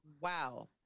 Wow